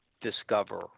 discover